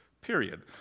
period